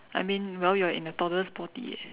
I mean well you are in a toddler's body eh